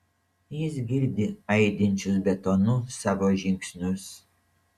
jis girdi aidinčius betonu savo žingsnius